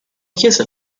chiesa